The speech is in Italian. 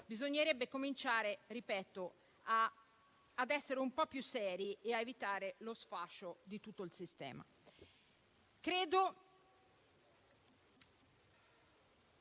bisognerebbe cominciare ad essere più seri e a evitare lo sfascio di tutto il sistema.